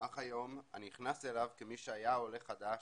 אך היום אני נכנס אליו כמי שהיה עולה חדש,